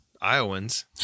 Iowans